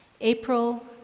April